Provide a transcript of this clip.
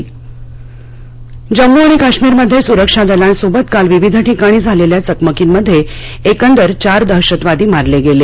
चकमक जम्मू आणि काश्मीरमध्ये सुरक्षा दलांसोबत काल विविध ठिकाणी झालेल्या चकमकींमध्ये एकंदर चार दहशतवादी मारले गेले